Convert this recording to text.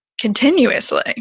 continuously